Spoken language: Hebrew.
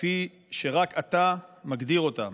כפי שרק אתה מגדיר אותם.